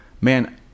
man